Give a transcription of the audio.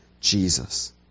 Jesus